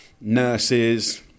nurses